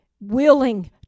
willing